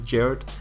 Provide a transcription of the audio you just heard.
Jared